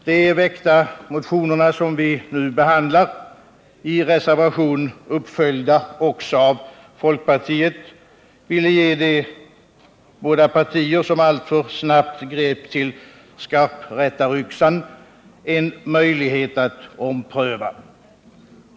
De väckta motionerna som vi nu behandlar, i reservation uppföljda också av folkpartiet, ville ge de båda partier som alltför snabbt grep till skarprättaryxan en möjlighet att ompröva.